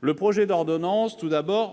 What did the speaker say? le projet d'ordonnance